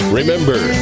Remember